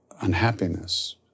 unhappiness